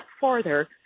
farther